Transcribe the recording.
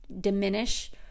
diminish